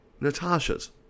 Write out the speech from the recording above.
Natasha's